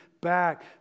back